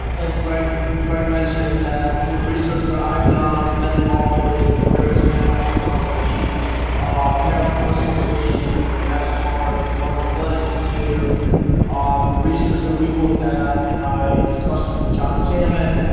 as greg greg mentioned, that from the research that i've done and been involved with with various panels from the ah american heart association, with the national heart, lung, and blood institute ah and the research that we've looked at in my discussions with jon samet,